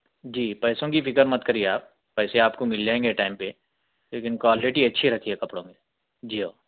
جی پیسوں کی فکر مت کریئے آپ پیسے آپ کو مل جائیں گے ٹائم پہ لیکن کوالٹی اچھی رکھئے کپڑوں میں جی